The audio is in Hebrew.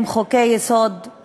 אם חוקי-יסוד,